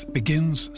begins